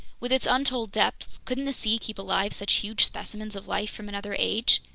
with its untold depths, couldn't the sea keep alive such huge specimens of life from another age,